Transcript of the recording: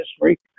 history